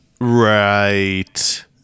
Right